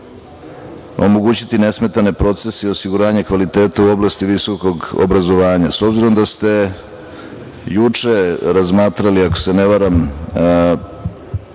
omogućiti nesmetane procese i osiguranje kvaliteta u oblasti visokog obrazovanja.S obzirom da ste juče razmatrali, ako se ne varam,